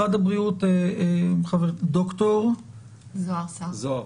ד"ר זהר סהר,